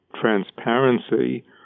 transparency